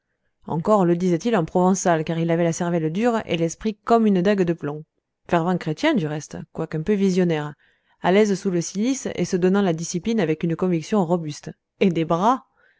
encore le disait-il en provençal car il avait la cervelle dure et l'esprit comme une dague de plomb fervent chrétien du reste quoique un peu visionnaire à l'aise sous le cilice et se donnant la discipline avec une conviction robuste et des bras